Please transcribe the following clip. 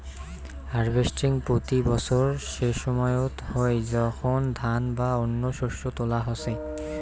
harvesting প্রতি বছর সেসময়ত হই যখন ধান বা অন্য শস্য তোলা হসে